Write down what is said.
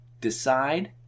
Decide